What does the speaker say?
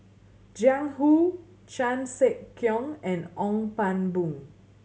Jiang Hu Chan Sek Keong and Ong Pang Boon